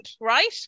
right